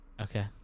Okay